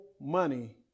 money